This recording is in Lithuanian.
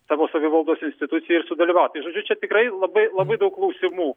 savo savivaldos institucijai ir sudalyvaut tai žodžiu čia tikrai labai labai daug klausimų